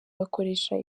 bakoresha